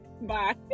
Bye